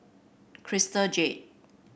Crystal Jade